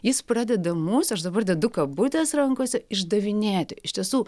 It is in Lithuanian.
jis pradeda mus aš dabar dedu kabutes rankose išdavinėti iš tiesų